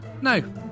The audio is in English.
No